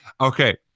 Okay